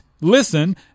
listen